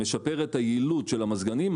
ישפר את היעילות של המזגנים,